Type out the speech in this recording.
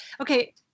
okay